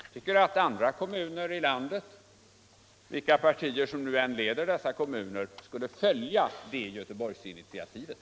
Jag tycker att andra kommuner i landet, vilka partier som nu än leder dessa kommuner, skulle följa det Göteborgsinitiativet.